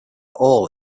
all